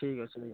ଠିକ୍ ଅଛି